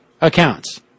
accounts